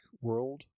world